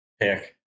Pick